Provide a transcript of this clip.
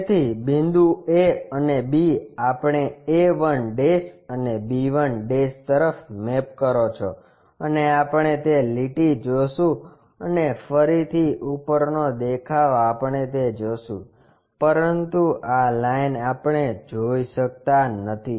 તેથી બિંદુ a અને b આપણે a 1 અને b 1 તરફ મેપ કરો છો અને આપણે તે લીટી જોશું અને ફરીથી ઉપરનો દેખાવ આપણે તે જોશું પરંતુ આ લાઈન આપણે જોઈ શકતા નથી